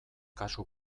kasu